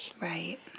Right